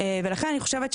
ולכן אני חושבת,